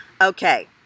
Okay